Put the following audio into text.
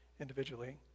individually